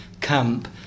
camp